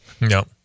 No